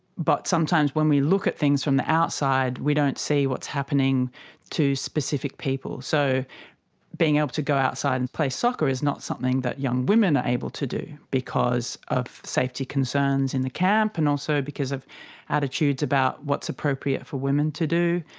but sometimes when we look at things from the outside we don't see what's happening to specific people. so being able to go outside and play soccer is not something that young women are able to do because of safety concerns in the camp and also because of attitudes about what's appropriate for women to do.